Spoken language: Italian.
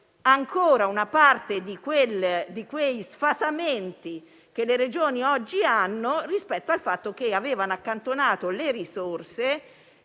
ancora una parte degli sfasamenti che le Regioni oggi hanno rispetto al fatto che purtroppo avevano accantonato risorse,